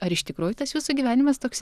ar iš tikrųjų tas jūsų gyvenimas toks